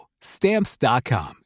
Stamps.com